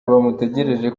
bamutegereje